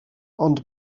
ond